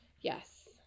Yes